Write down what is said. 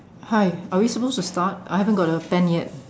hi are we supposed to start I haven't got a pen yet